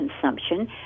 consumption